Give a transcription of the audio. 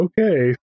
Okay